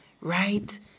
right